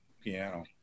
piano